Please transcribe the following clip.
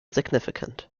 significant